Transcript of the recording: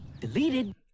Deleted